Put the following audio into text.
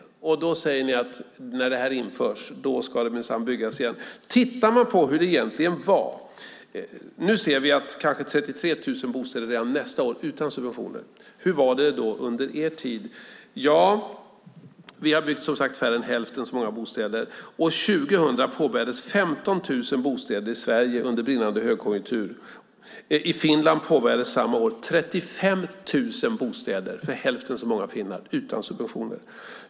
När det här införs ska det minsann byggas igen, säger ni. Låt oss titta på hur det egentligen var! Nu ser vi att kanske 33 000 bostäder kommer att byggas redan nästa år utan subventioner. Hur var det då under er tid? Vi har som sagt byggt färre än hälften så många bostäder. År 2000 påbörjades 15 000 bostäder i Sverige under brinnande högkonjunktur. I Finland påbörjades samma år 35 000 bostäder för en hälften så stor befolkning utan subventioner.